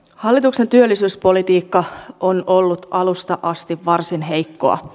hallituksen työllisyyspolitiikka on ollut alusta asti varsin heikkoa